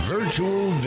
Virtual